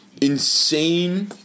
insane